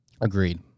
Agreed